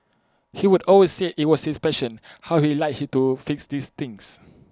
he would always say IT was his passion how he liked to fix these things